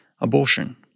Abortion